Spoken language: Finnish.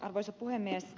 arvoisa puhemies